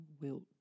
wilt